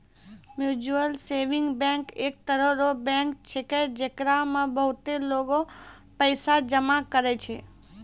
mutual saving bank एक तरह रो बैंक छैकै, जेकरा मे बहुते लोगें पैसा जमा करै छै